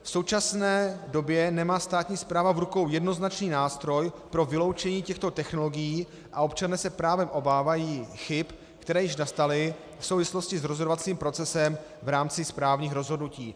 V současné době nemá státní správa v rukou jednoznačný nástroj pro vyloučení těchto technologií a občané se právem obávají chyb, které již nastaly v souvislosti s rozhodovacím procesem v rámci správních rozhodnutí.